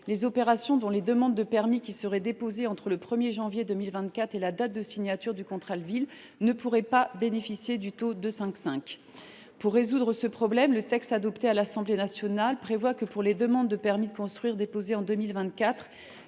les opérations dont les demandes de permis seraient déposées entre le 1 janvier 2024 et la date de signature du contrat de ville ne pourraient pas bénéficier du taux de 5,5 %. Afin de résoudre ce problème, le texte adopté à l’Assemblée nationale prévoit que, pour les demandes de permis de construire déposées en 2024,